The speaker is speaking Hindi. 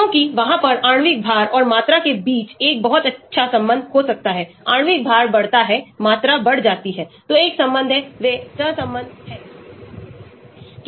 क्योंकि वहाँ पर आणविक भार और मात्रा के बीच एक बहुत अच्छा संबंध हो सकता है आणविक भार बढ़ता है मात्रा बढ़ जाती है तो एक संबंध है वे सहसंबद्ध हैं